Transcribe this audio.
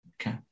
okay